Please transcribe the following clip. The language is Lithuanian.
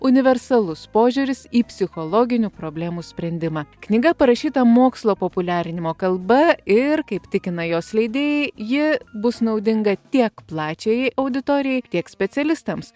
universalus požiūris į psichologinių problemų sprendimą knyga parašyta mokslo populiarinimo kalba ir kaip tikina jos leidėjai ji bus naudinga tiek plačiajai auditorijai tiek specialistams